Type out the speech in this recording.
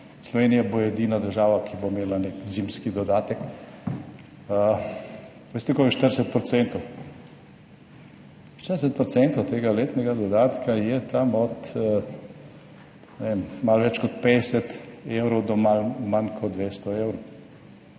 Slovenija bo edina država, ki bo imela nek zimski dodatek. A veste, koliko je, 40 %? 40 % tega letnega dodatka je tam od, ne vem, malo več kot 50 evrov do malo manj kot 200 evrov,